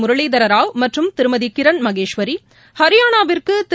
முரளிதர ராவ் மற்றும் திருமதி கிரண் மகேஸ்வரி ஹரியானாவிற்கு திரு